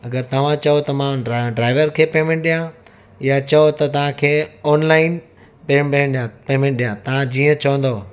अगरि तव्हां चओ त मां ड्राइवर खे पेमैंट ॾियां या चओ त तव्हांखे ऑनलाइन पेंबैंट ॾियां पेमैंट ॾियां तव्हां जीअं चवंदो